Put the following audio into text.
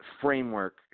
framework